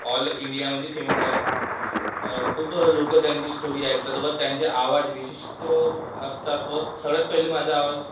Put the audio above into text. all इंडियामध्ये famous आहे खूप लोक त्यांची स्टोरी ऐकतात व त्यांचे आवाज विशिष्ट असतात व सगळ्यात पहिले माझा आवाज